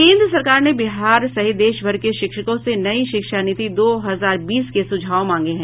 केन्द्र सरकार ने बिहार सहित देशभर के शिक्षकों से नई शिक्षा नीति दो हजार बीस के सुझाव मांगे हैं